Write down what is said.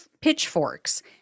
pitchforks